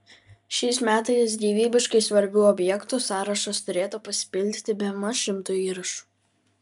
šiais metais gyvybiškai svarbių objektų sąrašas turėtų pasipildyti bemaž šimtu įrašų